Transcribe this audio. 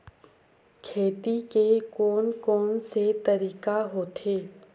खेती के कोन कोन से तरीका होथे?